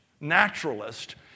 Naturalist